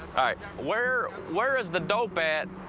right where, where is the dope at?